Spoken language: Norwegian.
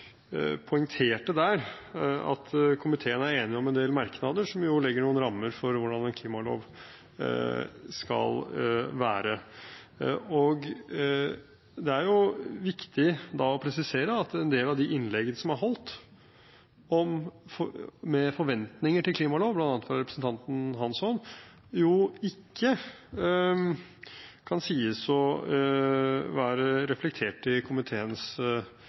poengterte der at komiteen er enig om en del merknader som legger noen rammer for hvordan en klimalov skal være. Det er viktig å presisere at en del av de innleggene som er holdt om forventninger til klimalov, bl.a. fra representanten Hansson, jo ikke kan sies å være reflektert i komiteens